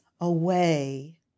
away